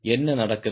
என்ன நடக்கிறது